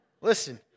Listen